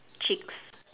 chicks